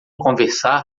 conversar